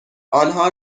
آنها